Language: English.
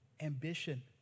ambition